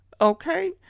Okay